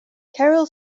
carol